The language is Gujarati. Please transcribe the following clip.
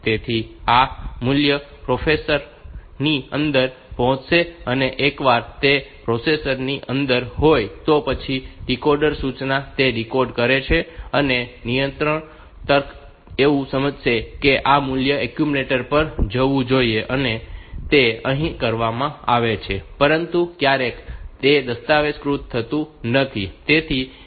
તેથી આ મૂલ્ય પ્રોસેસર ની અંદર પહોંચશે અને એકવાર તે પ્રોસેસર ની અંદર હોય તો પછી ડીકોડર સૂચના તેને ડીકોડ કરે છે અને નિયંત્રણ તર્ક એવું સમજશે કે આ મૂલ્ય એક્યુમ્યુલેટર પર જવું જોઈએ અને તે અહીં કરવામાં આવે છે પરંતુ ક્યારેક તે દસ્તાવેજીકૃત નથી થતું